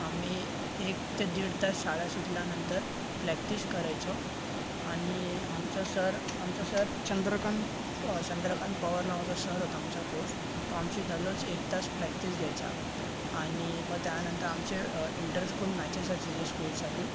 आम्ही एक ते दीड तास शाळा सुटल्यानंतर प्लॅक्टिस करायचो आणि आमचा सर आमचा सर चंद्रकांत चंद्रकांत पवार नावाचा सर होता आमचा कोच तो आमची दररोज एक तास प्लॅक्टिस घ्यायचा आणि मग त्यानंतर आमचे इंटरस्कूल मॅचेस असायचे स्कूलसाठी